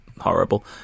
horrible